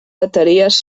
bateries